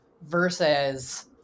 versus